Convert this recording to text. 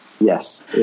Yes